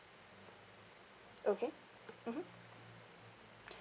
okay mmhmm